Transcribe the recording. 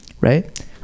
right